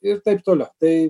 ir taip toliau tai